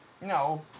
No